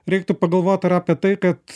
reiktų pagalvoti ir apie tai kad